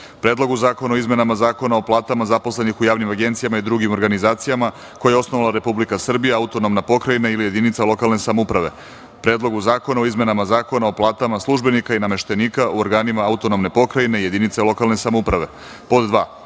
Predlogu zakona o izmenama Zakona o platama zaposlenih u javnim agencijama i drugim organizacijama koje je osnovala Republika Srbija, autonomna pokrajina ili jedinica lokalne samouprave; Predlogu zakona o izmenama Zakona o platama službenika i nameštenika u organima autonomne pokrajine i jedinice lokalne samouprave;2.